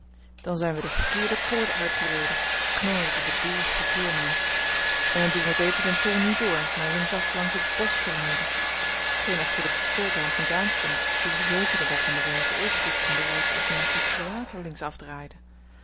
dan zijn we de verkeerde poort uitgereden knorde de boersche voerman en dan doen we beter den tol niet door maar links af langs het bosch te rijden t geen echter den tolbaas niet aanstond die verzekerde dat men de werve evengoed kon bereiken als men een kwartier later links af draaide